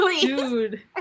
Dude